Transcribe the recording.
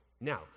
Now